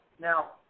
Now